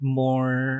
more